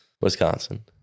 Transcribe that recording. Wisconsin